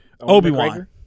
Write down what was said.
Obi-Wan